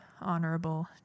honorable